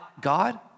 God